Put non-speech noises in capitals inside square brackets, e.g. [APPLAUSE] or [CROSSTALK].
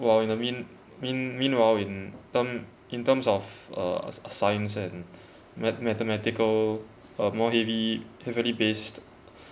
while in mean mean meanwhile in term in terms of uh sci~ science and [BREATH] math~ mathematical uh more heavy heavily based